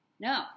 No